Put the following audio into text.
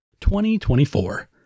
2024